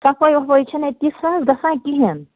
صفٲیی وَفٲیی چھِنہٕ اَتہِ کیٚنٛہہ سۅ حظ گژھان کِہیٖنٛۍ